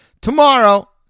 tomorrow